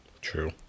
True